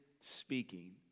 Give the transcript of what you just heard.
speaking